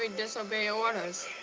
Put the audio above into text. i mean disobey orders?